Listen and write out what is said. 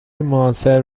معاصر